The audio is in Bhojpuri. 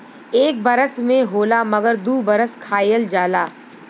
एक बरस में होला मगर दू बरस खायल जाला